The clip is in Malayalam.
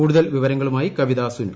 കൂടുതൽ വിവരങ്ങളുമായി കവിത സുനു